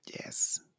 yes